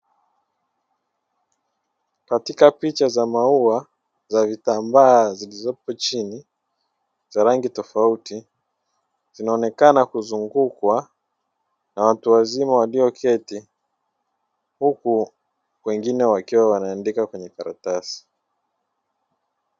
Katika picha za maua za vitambaa zilizopo chini za rangi tofauti zinaonekana kuzungukwa na watu wazima walioketi huku wengine wakiwa wanaandika kwenye karatasi.